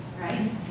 Right